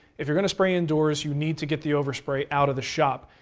if you're going to spray indoors, you need to get the overspray out of the shop.